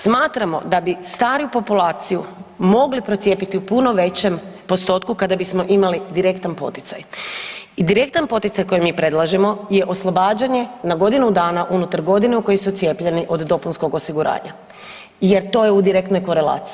Smatramo da bi stariju populaciju mogli procijepiti u puno većom postotku kada bismo imali direktan poticaj i direktan poticaj koji mi predlažemo je oslobađanje na godinu dana, unutar godine u kojoj su cijepljeni, od dopunskog osiguranja jer to je u direktnoj korelaciji.